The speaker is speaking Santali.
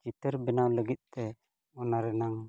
ᱪᱤᱛᱟᱹᱨ ᱵᱮᱱᱟᱣ ᱞᱟᱹᱜᱤᱫᱼᱛᱮ ᱚᱱᱟ ᱨᱮᱱᱟᱜ